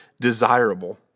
desirable